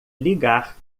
ligar